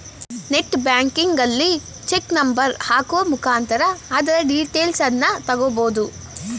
net ಬ್ಯಾಂಕಿಂಗಲ್ಲಿ check number ಹಾಕುವ ಮುಖಾಂತರ ಅದರ ಡೀಟೇಲ್ಸನ್ನ ತಗೊಬೋದು